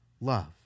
love